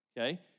okay